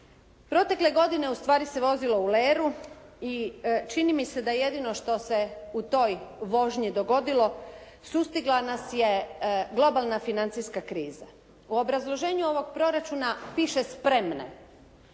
Protekle godine ustvari se vozilo u leru i čini mi se da jedino što se u toj vožnji dogodilo, sustigla nas je globalna financijska kriza. U obrazloženju ovog proračuna piše spremne,